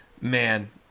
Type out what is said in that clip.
man